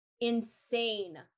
insane